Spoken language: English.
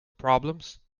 problems